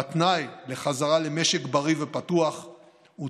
והתנאי לחזרה למשק בריא ופתוח הוא